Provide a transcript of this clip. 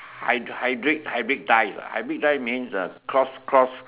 hy~ hybrid~ hybridise ah hybridise means uh cross cross